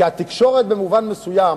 כי התקשורת, במובן מסוים,